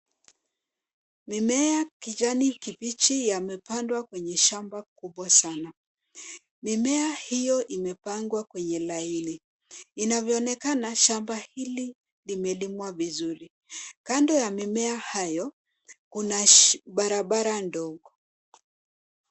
Mimea ya kijani kibichi yamepandwa kwenye shamba kubwa sana. Mimea hiyo imepangwa kwenye laini. Inavyoonekana, shamba hili limelimwa vizuri. Kando ya mimea hayo, kuna barabara ndogo.